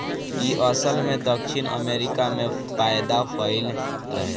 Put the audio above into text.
इ असल में दक्षिण अमेरिका में पैदा भइल रहे